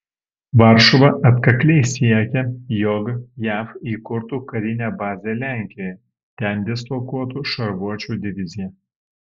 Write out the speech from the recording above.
varšuva atkakliai siekia jog jav įkurtų karinę bazę lenkijoje ten dislokuotų šarvuočių diviziją